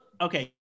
Okay